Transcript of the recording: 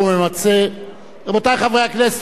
רבותי חברי הכנסת, רבותי השרים,